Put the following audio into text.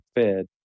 fed